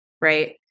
right